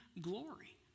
glory